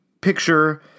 picture